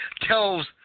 tells